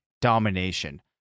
domination